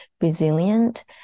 resilient